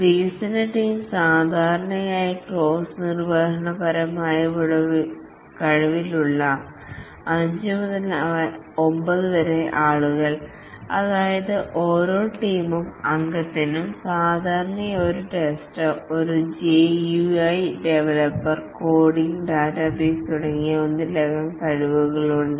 വികസന ടീമിൽ സാധാരണയായി ക്രോസ് നിർവഹണപരമായ കഴിവുള്ള 5 മുതൽ 9 വരെ ആളുകൾ ഉണ്ടാവും അതായത് ഓരോ ടീം അംഗത്തിനും സാധാരണയായി ഒരു ടെസ്റ്റർ ഒരു ജിയുഐ ഡെവലപ്പർ കോഡിംഗ് ഡാറ്റാബേസ് തുടങ്ങിയവയ്ക്ക് ഒന്നിലധികം കഴിവുകളുണ്ട്